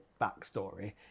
backstory